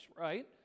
right